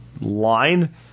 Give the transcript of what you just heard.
line